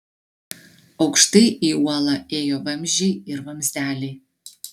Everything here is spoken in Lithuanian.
aukštai į uolą ėjo vamzdžiai ir vamzdeliai